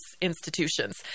institutions